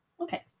okay